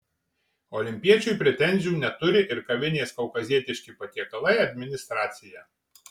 olimpiečiui pretenzijų neturi ir kavinės kaukazietiški patiekalai administracija